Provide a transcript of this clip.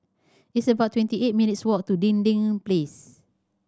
it's about twenty eight minutes' walk to Dinding Place